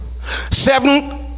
Seven